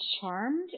charmed